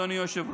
אדוני היושב-ראש.